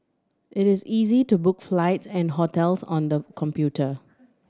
it is easy to book flights and hotels on the computer